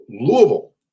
Louisville